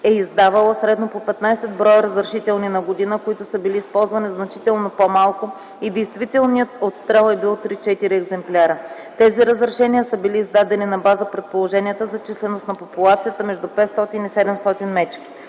е издавала средно по 15 броя разрешителни на година, като са били използвани значително по-малко и действителният отстрел е бил 3-4 екземпляра. Тези разрешения са били издадени на база предположенията за численост на популацията между 500 и 700 мечки.